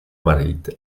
marit